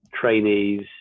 trainees